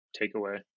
takeaway